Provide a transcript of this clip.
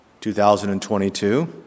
2022